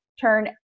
turn